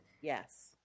Yes